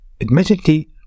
Admittedly